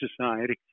Society